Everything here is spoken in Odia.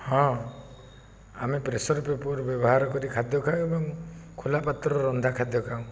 ହଁ ଆମେ ପ୍ରେସର କୁକର ବ୍ୟବହାର କରି ଖାଦ୍ୟ ଖାଉ ଏବଂ ଖୋଲା ପାତ୍ରରେ ରନ୍ଧା ଖାଦ୍ୟ ଖାଉ